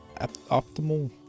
optimal